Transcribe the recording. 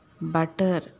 butter